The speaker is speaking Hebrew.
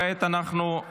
אנחנו נעבור